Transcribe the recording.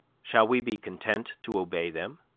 shall we be content to obey them,